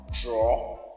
draw